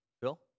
bill